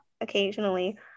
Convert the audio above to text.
occasionally